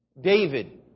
David